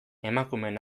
emakumeen